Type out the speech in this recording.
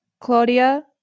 Claudia